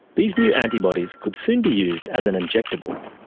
these new antibodies could soon be used as an injectable,